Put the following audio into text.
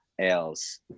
else